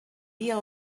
dia